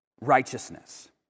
righteousness